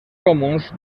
comuns